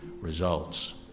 results